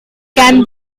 can